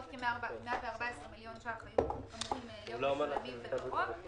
עוד כ-114 מיליון ₪ היו אמורים להיות משולמים בקרוב.